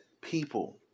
people